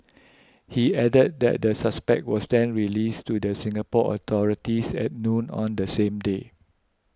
he added that the suspect was then released to the Singapore authorities at noon on the same day